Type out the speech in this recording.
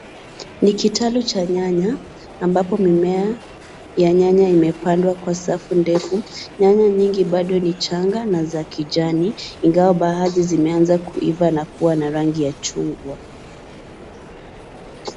Ni kitalu cha nyanya ambapo mimea ya nyanya imepandwa kwa safu ndefu. Nyanya nyingi bado ni changa na za kijani ingawa baadhi zimeanza kuiva na kuwa na rangi ya chungwa.